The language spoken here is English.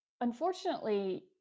unfortunately